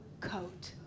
coat